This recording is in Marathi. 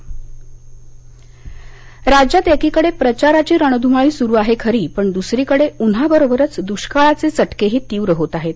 इंट्रो दुष्काळ राज्यात एकीकडे प्रचाराची रणधुमाळी सुरू आहे खरी पण दुसरीकडे उन्हाबरोबरच दुष्काळाचे चटकेही तीव्र होताहेत